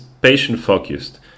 patient-focused